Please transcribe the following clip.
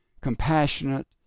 compassionate